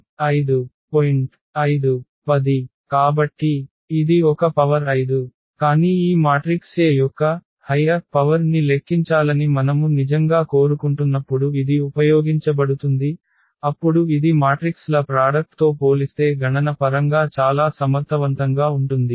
5 10 కాబట్టి ఇది ఒక పవర్ 5 కానీ ఈ మాట్రిక్స్ A యొక్క అధిక పవర్ ని లెక్కించాలని మనము నిజంగా కోరుకుంటున్నప్పుడు ఇది ఉపయోగించబడుతుంది అప్పుడు ఇది మాట్రిక్స్ ల ప్రాడక్ట్ తో పోలిస్తే గణన పరంగా చాలా సమర్థవంతంగా ఉంటుంది